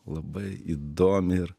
labai įdomi ir